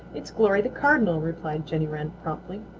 it's glory the cardinal, replied jenny wren promptly.